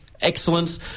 Excellent